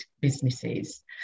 businesses